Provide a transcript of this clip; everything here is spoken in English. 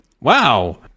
Wow